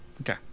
Okay